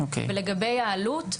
לגבי העלות,